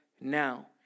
now